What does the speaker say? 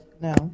No